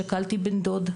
שכלתי בן דוד,